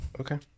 okay